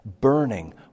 burning